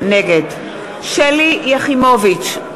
נגד שלי יחימוביץ,